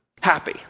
happy